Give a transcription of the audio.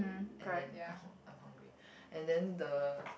and then oh I'm hungry and then the